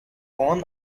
corn